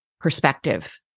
perspective